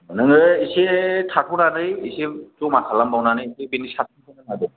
नोङो एसे थाथ'नानै एसे जमा खालामबावनानै एसे बेनि साबसिन लादो